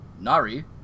nari